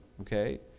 okay